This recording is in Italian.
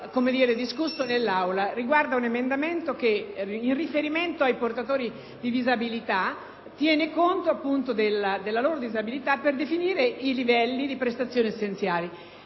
era stato discusso in Aula riguardo a un emendamento che, in riferimento ai portatori di disabilita, tiene conto appunto della loro disabilitaper definire i livelli di prestazioni essenziali.